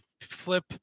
Flip